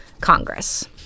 Congress